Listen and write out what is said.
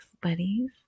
Buddies